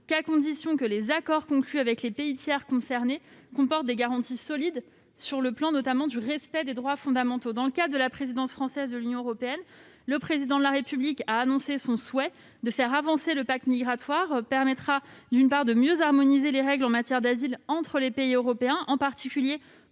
qu'à condition que les accords conclus avec les pays tiers concernés comportent des garanties solides, notamment en matière de respect des droits fondamentaux. Dans le cadre de la présidence française du Conseil de l'Union européenne, le Président de la République a annoncé son souhait de faire avancer le pacte migratoire. Cela permettra, d'une part, de mieux harmoniser les règles en matière d'asile entre les pays européens, en particulier